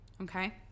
Okay